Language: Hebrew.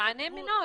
--- מענה מינורי.